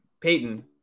Peyton